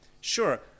Sure